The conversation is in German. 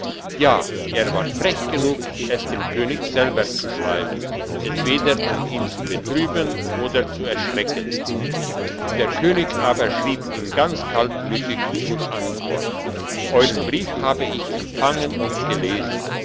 ja er war frech genug es dem könig selber zu schreiben entweder um ihn zu betrüben oder zu erschrecken der könig aber schrieb ihm ganz kaltblütig zur antwort euern brief habe ich empfangen und gelesen